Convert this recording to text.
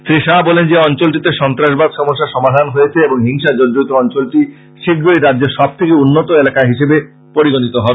শ্রী শাহ বলেন যে অঞ্চলটিতে সন্ত্রাসবাদ সমস্যার সমাধান হয়েছে এবং হিংসা জর্জরিত অঞ্জলটি শীঘ্রই রাজ্যের সবথেকে উন্নত এলাকা হিসেবে পরিগণিত হবে